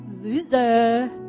Loser